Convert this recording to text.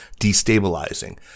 destabilizing